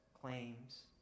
claims